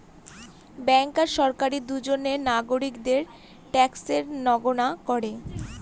bank আর সরকারি দুজনে নাগরিকদের ট্যাক্সের গণনা করে